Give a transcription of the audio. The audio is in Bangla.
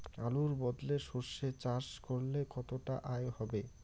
আলুর বদলে সরষে চাষ করলে কতটা আয় হবে?